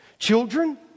Children